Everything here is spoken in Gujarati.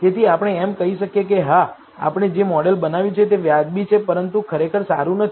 તેથી આપણે એમ કહી શકીએ કે હા આપણે જે મોડેલ બનાવ્યું છે તે વ્યાજબી છે પરંતુ ખરેખર સારું નથી